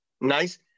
Nice